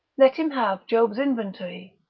let him have job's inventory,